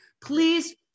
Please